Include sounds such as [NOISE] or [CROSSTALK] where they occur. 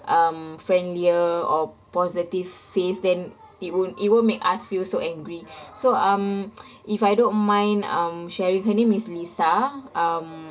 um friendlier or positive face then it won't it won't make us feel so angry [BREATH] so um [NOISE] [BREATH] if I don't mind um sharing her name is lisa um